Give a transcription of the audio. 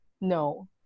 no